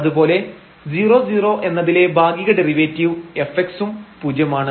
അതുപോലെ 00 എന്നതിലെ ഭാഗിക ഡെറിവേറ്റീവ് fx ഉം പൂജ്യമാണ്